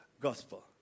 gospel